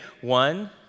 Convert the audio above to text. One